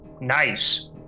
Nice